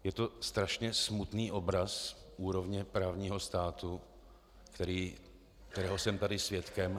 Je to strašně smutný obraz úrovně právního státu, kterého jsem tady svědkem.